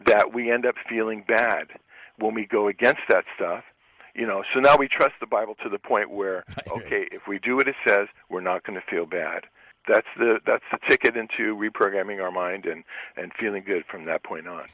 that we end up feeling bad when we go against that you know so now we trust the bible to the point where ok if we do it it says we're not going to feel bad that that's the ticket into reprogramming our mind and and feeling good from that point on